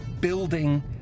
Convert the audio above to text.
building